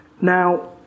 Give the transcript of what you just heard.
Now